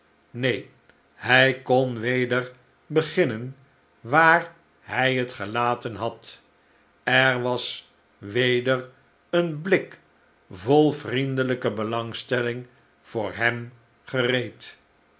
neen hij kon weder beginnen waar hij het gelaten had er was weder een blik vol vriendelijke belangstelling voor hem gereed